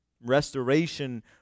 Restoration